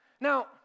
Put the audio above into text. Now